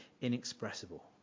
inexpressible